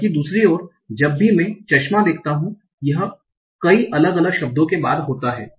जब कि दूसरी ओर जब भी मैं चश्मा देखता हूं यह कई अलग अलग शब्दों के बाद होता है